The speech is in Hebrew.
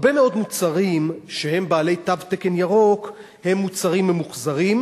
הרבה מאוד מוצרים שהם בעלי תו תקן ירוק הם מוצרים ממוחזרים,